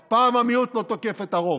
אף פעם המיעוט לא תוקף את הרוב,